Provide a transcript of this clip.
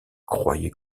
croyait